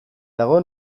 dago